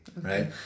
right